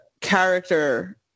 character –